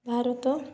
Bharat